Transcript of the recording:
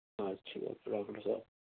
ہاں اچھی بات ہے ڈاکٹر صاحب